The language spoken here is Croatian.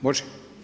Može?